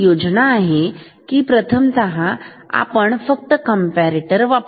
योजना अशी आहे की प्रथमतः आपण फकत कमपारेटर वापरू